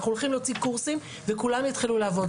אנחנו הולכים להוציא קורסים, וכולם יתחילו לעבוד.